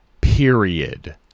period